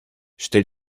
stell